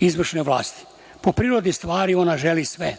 izvršne vlasti. Po prirodi stvari ona želi sve.